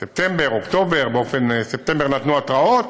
ספטמבר, אוקטובר, בספטמבר נתנו התראות